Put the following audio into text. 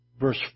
verse